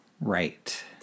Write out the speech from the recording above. right